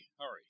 Hurry